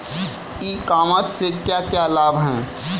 ई commerce से क्या क्या लाभ हैं?